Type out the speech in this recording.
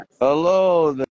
Hello